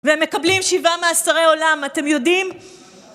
ומקבלים שבעה מאסרי עולם אתם יודעים